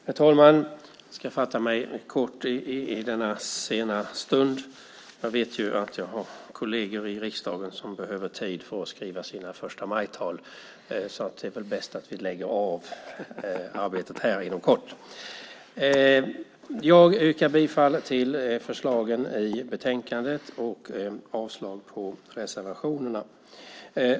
Herr talman! Jag ska fatta mig kort i denna sena stund. Jag vet att jag har kolleger i riksdagen som behöver tid för att skriva sina förstamajtal, så det är väl bäst att vi lägger av arbetet här inom kort. Jag yrkar bifall till förslaget i betänkandet och avslag på reservationerna.